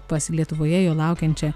pas lietuvoje jo laukiančią